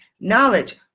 knowledge